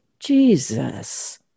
Jesus